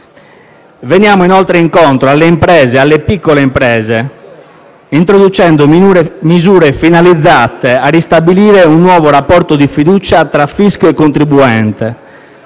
Veniamo inoltre incontro alle imprese, in particolare alle piccole imprese, introducendo misure finalizzate a ristabilire un nuovo rapporto di fiducia tra fisco e contribuente